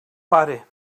pare